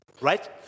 right